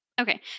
Okay